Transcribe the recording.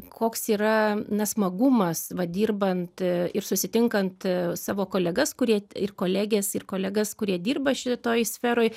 koks yra na smagumas va dirbant ir susitinkant savo kolegas kurie ir koleges ir kolegas kurie dirba šitoj sferoj